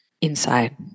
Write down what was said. inside